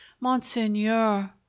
monseigneur